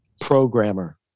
programmer